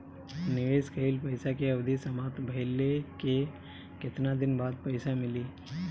निवेश कइल पइसा के अवधि समाप्त भइले के केतना दिन बाद पइसा मिली?